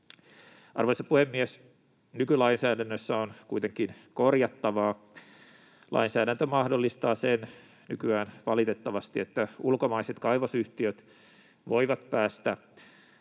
Arvoisa puhemies! Nykylainsäädännössä on kuitenkin korjattavaa. Lainsäädäntö mahdollistaa nykyään valitettavasti sen, että ulkomaiset kaivosyhtiöt voivat päästä